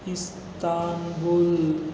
Istanbul